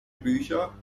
bücher